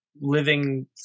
living